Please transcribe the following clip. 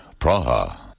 Praha